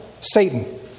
Satan